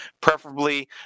preferably